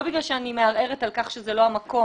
לא בגלל שאני מערערת על כך שזה לא המקום,